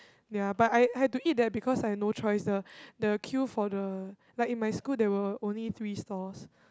ya but I have to eat that because I have no choice lah the queue for the like in my school there were only three stalls